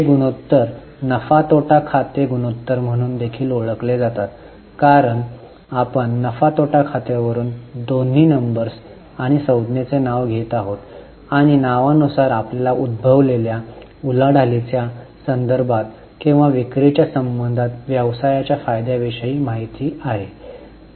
हे गुणोत्तर नफा तोटा खातेगुणोत्तर म्हणून देखील ओळखले जातात कारण आपण नफा तोटा खातेवरून दोन्ही नंबर्स आणि संज्ञेचे नाव घेत आहोत आणि नावानुसार आपल्याला उद्भवलेल्या उलाढालीच्या संदर्भात किंवा विक्रीच्या संबंधात व्यवसायाच्या फायद्याविषयी माहिती आहे